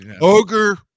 Ogre